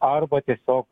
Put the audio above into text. arba tiesiog